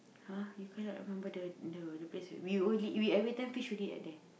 (huh) you cannot remember the the the place where we only we every time fish only at there